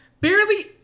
barely